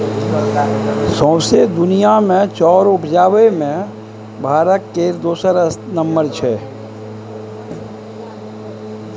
सौंसे दुनिया मे चाउर उपजाबे मे भारत केर दोसर नम्बर छै